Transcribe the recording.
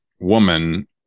woman